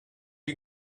you